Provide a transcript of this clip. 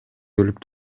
өлүп